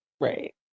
right